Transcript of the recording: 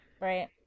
Right